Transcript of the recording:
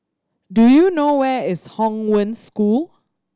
do you know where is Hong Wen School